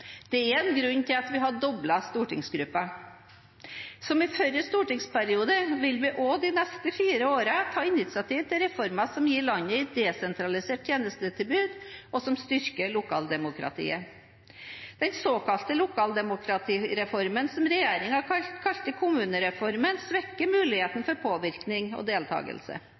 Det er en grunn til at vi har doblet stortingsgruppen. Som i forrige stortingsperiode vil vi også de neste fire årene ta initiativ til reformer som gir landet et desentralisert tjenestetilbud, og som styrker lokaldemokratiet. Den såkalte lokaldemokratireformen, som regjeringen kalte kommunereformen, svekker muligheten for påvirkning og deltakelse.